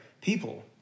people